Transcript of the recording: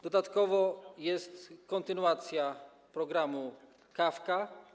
Dodatkowo jest kontynuacja programu „Kawka”